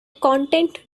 content